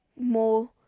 more